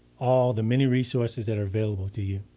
all the many resources that are available to you.